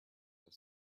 have